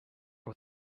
what